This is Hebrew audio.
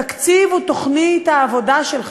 תקציב הוא תוכנית העבודה שלך,